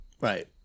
right